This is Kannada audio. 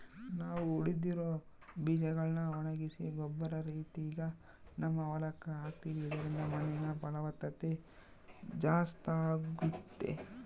ನಾವು ಉಳಿದಿರೊ ಬೀಜಗಳ್ನ ಒಣಗಿಸಿ ಗೊಬ್ಬರ ರೀತಿಗ ನಮ್ಮ ಹೊಲಕ್ಕ ಹಾಕ್ತಿವಿ ಇದರಿಂದ ಮಣ್ಣಿನ ಫಲವತ್ತತೆ ಜಾಸ್ತಾಗುತ್ತೆ